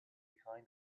behind